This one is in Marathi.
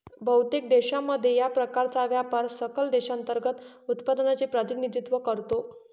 बहुतेक देशांमध्ये, या प्रकारचा व्यापार सकल देशांतर्गत उत्पादनाचे प्रतिनिधित्व करतो